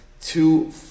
two